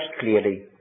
clearly